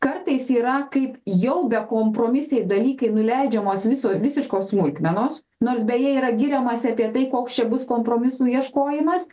kartais yra kaip jau bekompromisiai dalykai nuleidžiamos viso visiškos smulkmenos nors beje yra giriamasi apie tai koks čia bus kompromisų ieškojimas